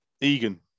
Egan